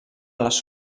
les